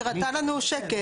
היא הראתה לנו שקף,